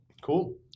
Cool